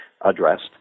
addressed